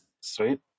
Sweet